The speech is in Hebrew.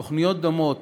תוכניות דומות